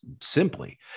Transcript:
simply